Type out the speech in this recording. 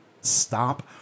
stop